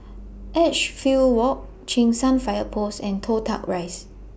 Edgefield Walk Cheng San Fire Post and Toh Tuck Rise